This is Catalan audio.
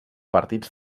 partits